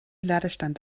ladestand